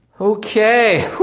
Okay